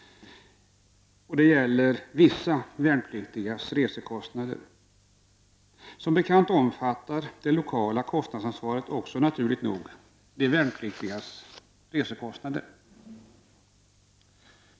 Det gäller vissa värnpliktigas resekostnader. Dessa omfattas naturligt nog också, som bekant, av det lokala kostnadsansvaret.